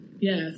Yes